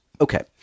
Okay